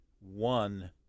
one